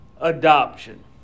Adoption